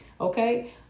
okay